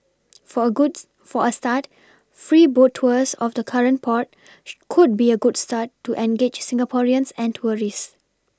for a goods for a start free boat tours of the current port she could be a good start to engage Singaporeans and tourists